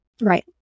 Right